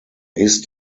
ist